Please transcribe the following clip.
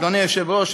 אדוני היושב-ראש,